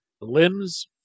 limbs